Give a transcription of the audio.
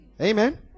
amen